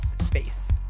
space